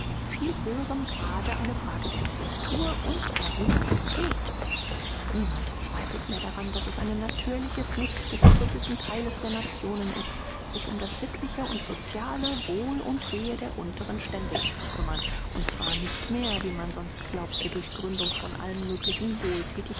in viel höherem grade eine frage der kultur und der humanität niemand zweifelt mehr daran daß es eine natürliche pflicht des gebildeten theiles der nationen ist sich um das sittliche und sociale wohl und wehe der unteren stände zu bekümmern und zwar nicht mehr wie man sonst glaubte durch gründung von allen möglichen